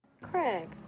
Craig